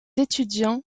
étudiant